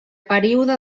període